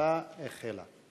ההצבעה החלה.